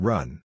Run